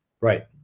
Right